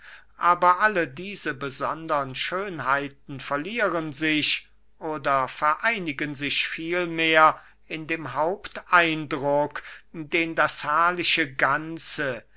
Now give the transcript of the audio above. aber alle diese besondern schönheiten verlieren sich oder vereinigen sich vielmehr in dem haupteindruck den das herrliche ganze